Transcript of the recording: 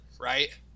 right